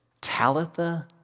Talitha